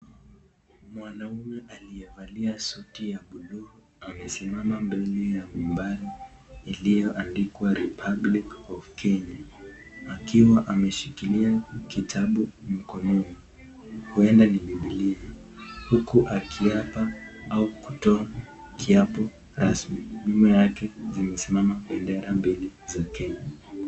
Mwanaume aliyevalia suti ya bluu amesimama mbele ya umbali iliyoandikwa republic of kenya , akiwa ameshikilia kitabu mkononi uenda ni bibilia, uku akihapa au kutoa kihapo rasmi nyuma yake imesimama bendera mbili za Kenya.